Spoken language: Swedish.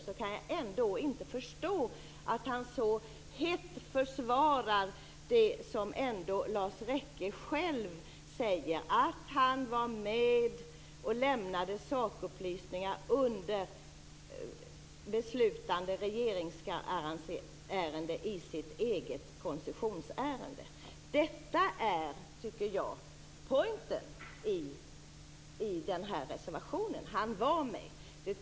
Då kan jag inte förstå att han så hett försvarar det som Lars Rekke själv säger, nämligen att han var med och lämnade sakupplysningar i sitt eget koncessionsärende under ett beslutande regeringssammanträde. Jag tycker att detta är poängen i den här reservationen. Han var med.